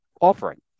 offering